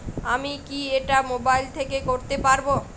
আমি কি এটা মোবাইল থেকে করতে পারবো?